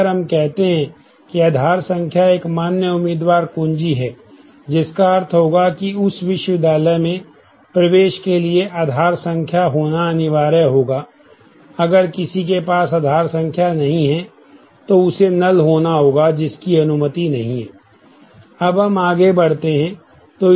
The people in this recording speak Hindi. अब हम आगे बढ़ते हैं